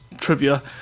trivia